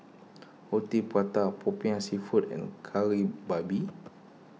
Roti Prata Popiah Seafood and Kari Babi